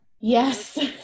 yes